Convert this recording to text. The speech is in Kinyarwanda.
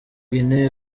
guinee